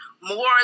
more